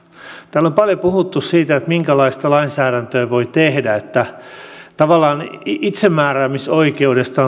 täällä on paljon puhuttu siitä minkälaista lainsäädäntöä voi tehdä ja tavallaan itsemääräämisoikeudesta